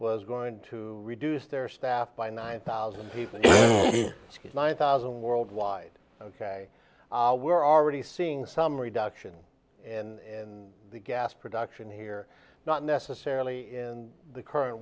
was going to reduce their staff by nine thousand people because nine thousand worldwide ok we're already seeing some reduction in the gas production here not necessarily in the current